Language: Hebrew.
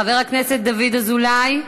חבר הכנסת דוד אזולאי,